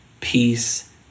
peace